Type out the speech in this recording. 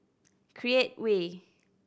Create Way